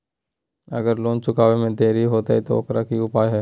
अगर लोन चुकावे में देरी होते तो ओकर की उपाय है?